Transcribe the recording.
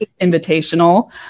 invitational